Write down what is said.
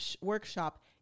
workshop